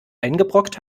eingebrockt